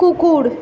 কুকুর